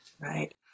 Right